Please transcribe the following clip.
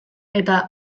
eta